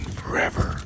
forever